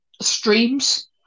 streams